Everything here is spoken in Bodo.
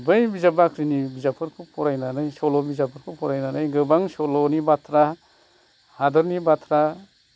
बै बिजाब बाख्रिनि बिजाबफोरखौ फरायानानै सल' बिजाबफोरखौ फरायनानै गोबां सल'नि बाथ्रा हादोरनि बाथ्रा